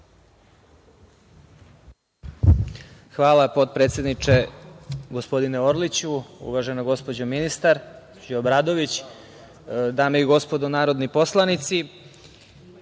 Hvala, potpredsedniče. Gospodine Orliću, uvažena gospođo ministar, gospođo Obradović, dame i gospodo narodni poslanici,